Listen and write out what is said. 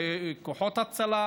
כוחות הצלה.